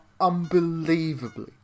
Unbelievably